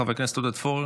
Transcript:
חבר הכנסת עודד פורר,